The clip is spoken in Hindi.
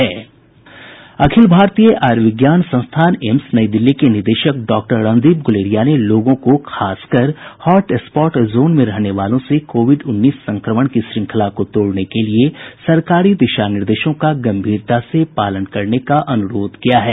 अखिल भारतीय आयुर्विज्ञान संस्थान एम्स नई दिल्ली के निदेशक डॉक्टर रणदीप गुलेरिया ने लोगों को खासकर हॉट स्पॉट जोन में रहने वालों से कोविड उन्नीस संक्रमण की श्रंखला को तोड़ने के लिए सरकारी दिशा निर्देशों का गंभीरता से पालन करने का अनुरोध किया है